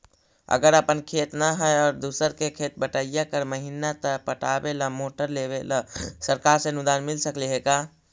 अगर अपन खेत न है और दुसर के खेत बटइया कर महिना त पटावे ल मोटर लेबे ल सरकार से अनुदान मिल सकले हे का?